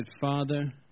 Father